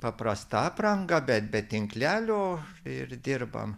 paprasta apranga bet be tinklelio ir dirbam